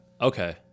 Okay